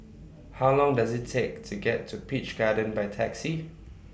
How Long Does IT Take to get to Peach Garden By Taxi